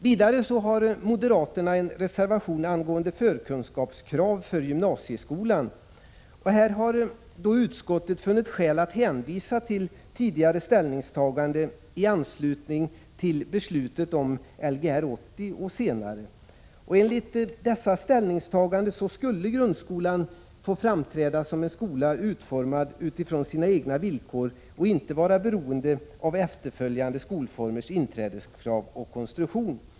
Vidare har moderaterna en reservation angående förkunskapskrav för gymnasieskolan. Här har utskottet funnit skäl att hänvisa till tidigare ställningstagande i anslutning till beslutet om Lgr 80 och senare. Enligt dessa ställningstaganden skulle grundskolan få framträda som en skola utformad utifrån sina egna villkor, inte beroende av efterföljande skolformers inträdeskrav och konstruktion.